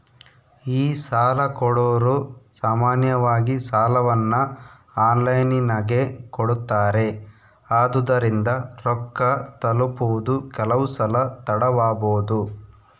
ಈ ಸಾಲಕೊಡೊರು ಸಾಮಾನ್ಯವಾಗಿ ಸಾಲವನ್ನ ಆನ್ಲೈನಿನಗೆ ಕೊಡುತ್ತಾರೆ, ಆದುದರಿಂದ ರೊಕ್ಕ ತಲುಪುವುದು ಕೆಲವುಸಲ ತಡವಾಬೊದು